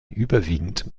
überwiegend